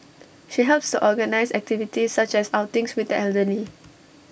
she helps to organise activities such as outings with the elderly